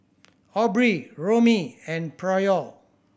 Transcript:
Aubrey Romie and Pryor